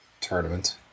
tournament